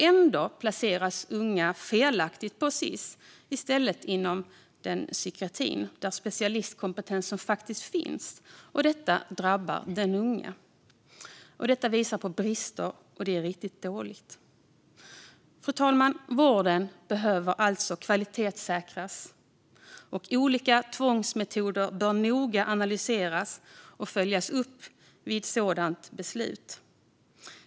Ändå placeras unga felaktigt på Sis i stället för inom psykiatrin, där specialistkompetensen faktiskt finns, vilket drabbar de unga. Detta visar på brister, och det är riktigt dåligt. Fru talman! Vården behöver kvalitetssäkras. Olika tvångsmetoder bör noga analyseras och följas upp vid ett sådant beslut.